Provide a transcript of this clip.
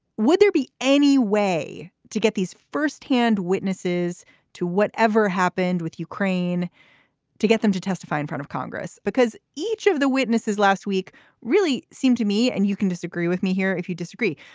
would there be any way to get these firsthand witnesses to whatever happened with ukraine to get them to testify in front of congress? because each of the witnesses last week really seemed to me and you can disagree with me here if you disagree,